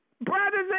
Brothers